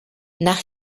nach